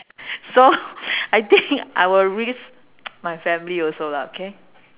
so I think I will risk my family also lah okay